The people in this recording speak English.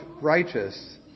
righteous